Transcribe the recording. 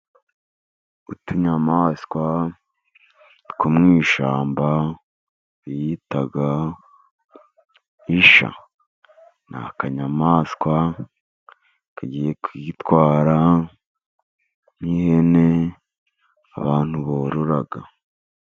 Utunyamaswa two mu ishyamba bita ishya. n'akanyamaswa kagiye kwitwara nk'ihene, abantu borora.